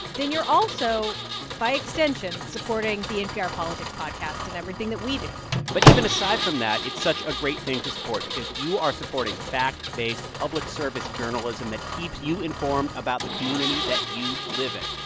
then you're also by extension supporting the npr politics podcast and everything that we do but even aside from that, it's such a great thing to support because you are supporting fact-based public service journalism that keeps you informed about the community that you live in.